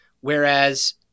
whereas